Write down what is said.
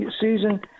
season